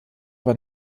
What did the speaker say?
war